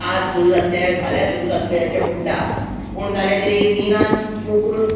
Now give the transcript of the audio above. आज सुरू जातले फाल्या सुरू जातले अशे म्हणटा पूण जालें कितें मिनान पोखरून